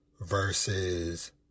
versus